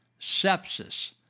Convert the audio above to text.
sepsis